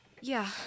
Yeah-